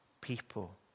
people